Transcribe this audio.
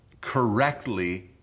correctly